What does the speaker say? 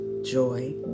joy